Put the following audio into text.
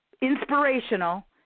inspirational